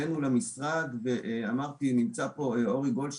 ואולי סוף-סוף יהיה מה שצריך להיות: רשות אשפוז ממלכתית עם שוויון,